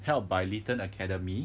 held by lithan academy